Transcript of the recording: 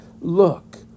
look